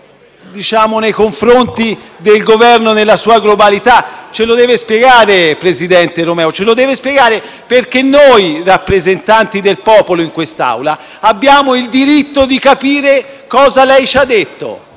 un atto nei confronti del Governo nella sua globalità? Ce lo deve spiegare, presidente Romeo, perché noi, rappresentanti del popolo in quest'Aula, abbiamo il diritto di capire cosa ci ha detto,